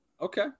Okay